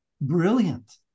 brilliant